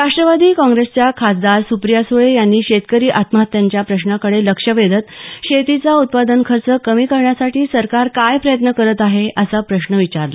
राष्ट्रवादी काँग्रेसच्या खासदार सुप्रिया सुळे यांनी शेतकरी आत्महत्यांच्या प्रश्नाकडे लक्ष वेधत शेतीचा उत्पादन खर्च कमी करण्यासाठी सरकार काय प्रयत्न करत आहे असा प्रश्न विचारला